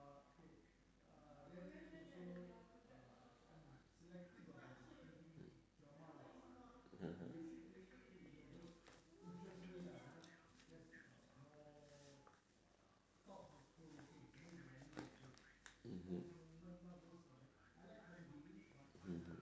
mmhmm mmhmm